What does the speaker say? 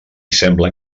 sembla